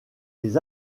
les